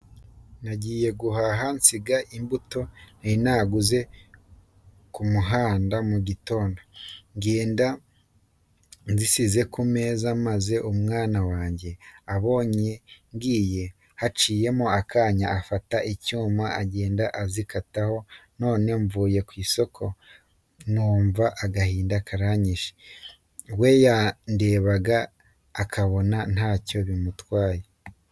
Nagiye guhaha nsiga imbuto nari naguze ku muhanda mu gitondo, ngenda nzisize ku meza maze umwana wanjye abonye ngiye, haciyemo akanya afata icyuma agenda azikataho none mvuye ku isoko numva agahinda karanyishe. We yandebaga ukabona ntacyo bimubwiye.